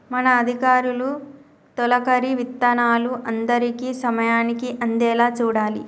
మన అధికారులు తొలకరి విత్తనాలు అందరికీ సమయానికి అందేలా చూడాలి